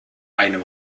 einem